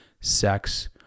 sex